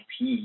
IP